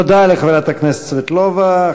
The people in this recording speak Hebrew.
תודה לחברת הכנסת סבטלובה.